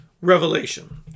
revelation